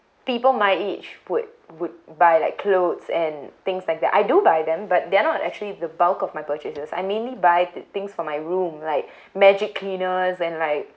people my age would would buy like clothes and things like that I do buy them but they are not actually the bulk of my purchases I mainly buy the things for my room like magic cleaners and like